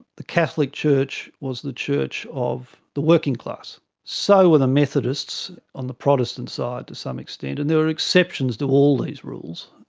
the catholic church was the church of the working class. so were the methodists on the protestant side to some extent, and there were exceptions to all these rules.